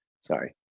sorry